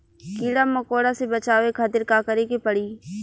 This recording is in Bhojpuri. कीड़ा मकोड़ा से बचावे खातिर का करे के पड़ी?